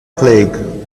plague